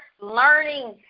learning